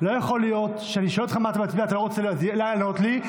לא יכול להיות שכאני שואל אותך מה אתה מצביע אתה לא רוצה לענות לי,